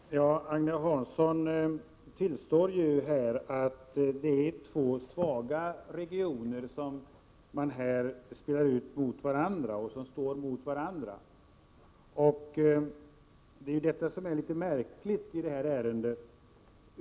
Herr talman! Agne Hansson tillstår att det är två svaga regioner som man här ställer mot varandra. Det är detta som är litet märkligt i det här ärendet.